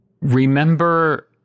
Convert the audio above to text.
Remember